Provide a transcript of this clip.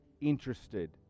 interested